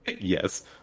Yes